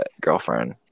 girlfriend